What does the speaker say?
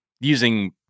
using